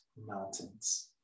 mountains